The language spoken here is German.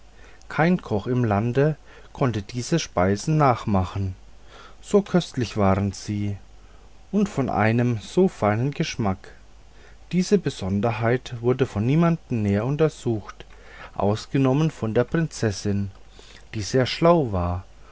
kein koch im lande konnte diese speisen nachmachen so köstlich waren sie und von einem so feinen geschmack diese besonderheiten wurden von niemand näher untersucht ausgenommen von der prinzessin die sehr schlau war